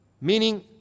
meaning